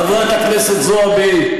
חברת הכנסת זועבי,